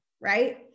right